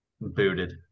booted